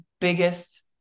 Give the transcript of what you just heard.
biggest